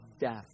death